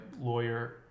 lawyer